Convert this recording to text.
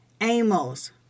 Amos